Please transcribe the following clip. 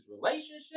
relationship